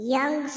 Young